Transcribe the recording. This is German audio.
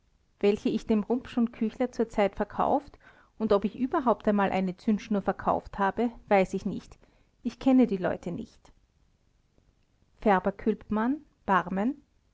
welche ich dem rupsch und küchler zur zeit verkauft und ob ich überhaupt einmal eine zündschnur verkauft habe weiß ich nicht ich kenne die leute nicht färber